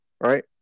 right